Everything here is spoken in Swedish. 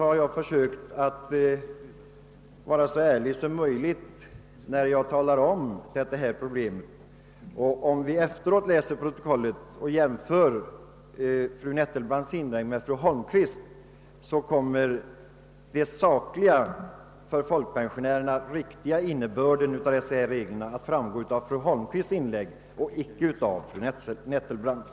Jag har försökt vara så ärlig som möjligt när jag talat om detta problem. Om vi efteråt läser protokollet och jämför fru Nettelbrandts inlägg med fru Holmqvists, kommer vi att finna att den sakliga och riktiga innebörden av dessa regler för folkpensionärerna framgår av fru Holmqvists inlägg och icke av fru Nettelbrandts.